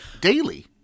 daily